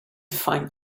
find